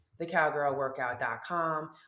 thecowgirlworkout.com